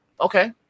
okay